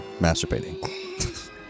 masturbating